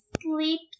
sleep